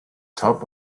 drop